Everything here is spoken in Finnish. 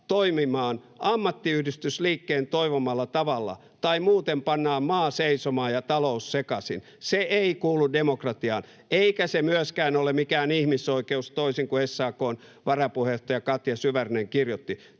toimimaan ammattiyhdistysliikkeen toivomalla tavalla tai muuten pannaan maa seisomaan ja talous sekaisin, se ei kuulu demokratiaan, eikä se myöskään ole mikään ihmisoikeus, toisin kuin SAK:n varapuheenjohtaja Katja Syvärinen kirjoitti.